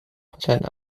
patent